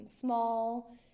small